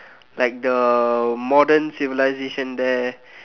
like the modern civilization there